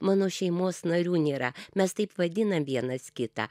mano šeimos narių nėra mes taip vadinam vienas kitą